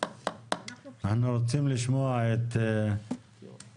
אנחנו רוצים לשמוע את אליעזר,